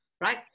right